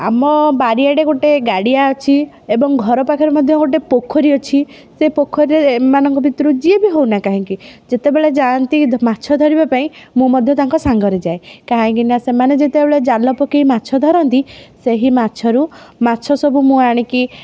ଆମ ବାଡ଼ିଆଡ଼େ ଗୋଟେ ଗାଡ଼ିଆ ଅଛି ଏବଂ ଘର ପାଖରେ ମଧ୍ୟ ଗୋଟେ ପୋଖରୀ ଅଛି ସେ ପୋଖରୀରେ ଏମାନଙ୍କ ଭିତରୁ ଯିଏ ବି ହେଉ ନା କାହିଁକି ଯେତେବେଳେ ଯାଆନ୍ତି ମାଛ ଧରିବା ପାଇଁ ମୁଁ ମଧ୍ୟ ତାଙ୍କ ସାଙ୍ଗରେ ଯାଏ କାହିଁକି ନା ସେମାନେ ଯେତେବେଳେ ଜାଲ ପକାଇ ମାଛ ଧରନ୍ତି ସେହି ମାଛରୁ ମାଛ ସବୁ ମୁଁ ଆଣିକି